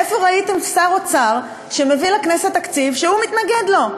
איפה ראיתם שר אוצר שמביא לכנסת תקציב שהוא מתנגד לו?